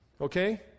Okay